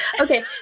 Okay